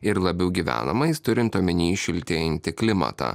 ir labiau gyvenamais turint omeny šiltėjantį klimatą